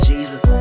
Jesus